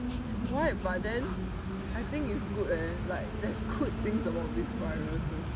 why but then I think it's good eh like there's good things about this virus though